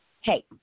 Hey